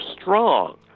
strong